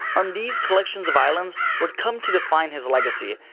on these collections of islands, would come to define his legacy,